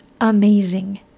amazing